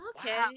Okay